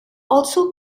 also